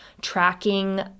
tracking